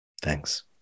Thanks